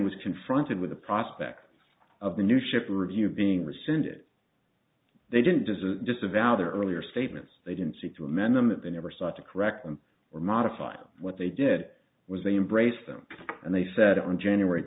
was confronted with the prospect of the new ship review being rescinded they didn't deserve disavow their earlier statements they didn't seek to amend them and they never sought to correct them or modify what they did was they embrace them and they said on january